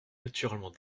naturellement